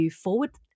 forward